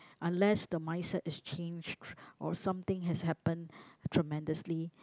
unless the mindset is changed or something has happened tremendously